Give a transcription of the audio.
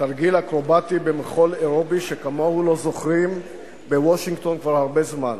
תרגיל אקרובטי במחול אירובי שכמוהו לא זוכרים בוושינגטון כבר הרבה זמן.